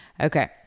Okay